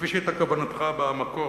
כפי שהיתה כוונתך במקור,